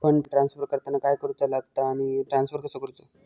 Fund transfer करताना काय करुचा लगता आनी ट्रान्स्फर कसो करूचो?